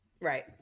Right